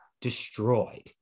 destroyed